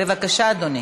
כן,